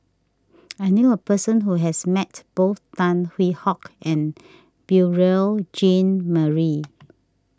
I knew a person who has met both Tan Hwee Hock and Beurel Jean Marie